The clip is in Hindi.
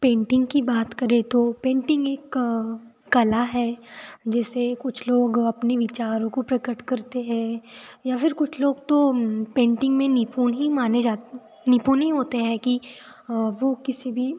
पेंटिंग की बात करें तो पेंटिंग एक कला है जिसे कुछ लोग अपने विचारों को प्रकट करते हैं या फिर कुछ लोग तो पेंटिंग में निुपण ही माने निपुण ही होते हैं कि वो किसी भी